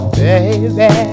baby